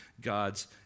God's